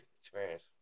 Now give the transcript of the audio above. experience